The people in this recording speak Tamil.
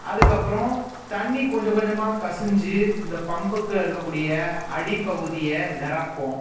அதற்கப்பறோம் தண்ணி கொஞ்சம் கொஞ்சமாக கசுஞ்சு இந்த பம்புக்கு இருக்க கூடிய அடிப்பகுதியை நிரப்பும்